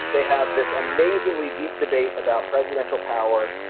they have this amazingly deep debate about presidential power.